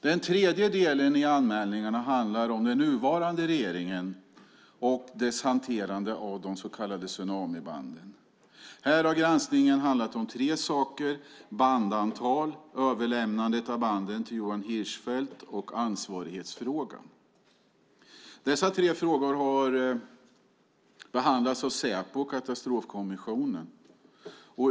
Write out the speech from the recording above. Den tredje delen i anmälningarna handlar om den nuvarande regeringen och dess hanterande av de så kallade tsunamibanden. Här har granskningen handlat om tre saker: bandantalet, överlämnandet av banden till Johan Hirschfeldt och ansvarighetsfrågan. Dessa tre saker har behandlats av Säpo och Katastrofkommissionen.